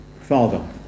father